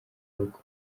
rugo